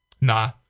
nah